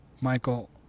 Michael